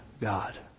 God